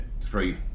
three